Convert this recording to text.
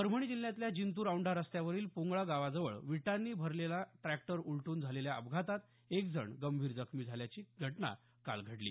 परभणी जिल्ह्यातल्या जिंतूर औंढा रस्त्यावरील पुंगळा गावाजवळ विटांनी भरलेला ट्रॅक्टर उलटून झालेल्या अपघातात एक जण गंभीर जखमी झाल्याची घटना काल घडली